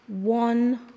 one